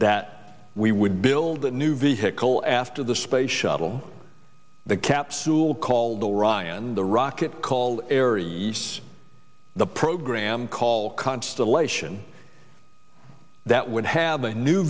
that we would build a new vehicle at after the space shuttle the capsule called orion the rocket called air use the program call constellation that would have a new